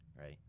Right